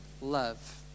love